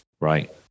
Right